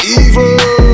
evil